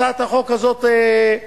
הצעת החוק הזאת הועלתה,